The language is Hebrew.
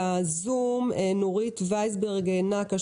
בזום נמצאת נורית ויסברג נקאש,